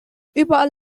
überall